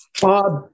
Bob